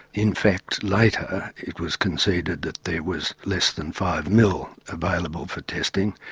in fact later it was conceded that there was less than five ml available for testing,